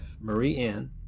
Marie-Anne